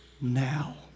now